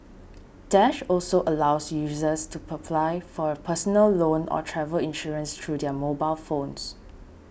dash also allows users to apply for a personal loan or travel insurance through their mobile phones